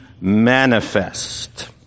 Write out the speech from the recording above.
manifest